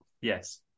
Yes